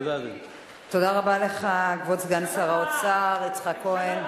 תודה רבה לך, כבוד סגן שר האוצר יצחק כהן.